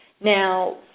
Now